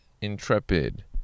Intrepid